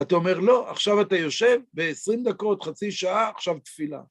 אתה אומר לא, עכשיו אתה יושב ב-20 דקות, חצי שעה, עכשיו תפילה.